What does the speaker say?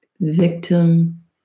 victim